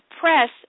press